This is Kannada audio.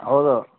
ಹೌದು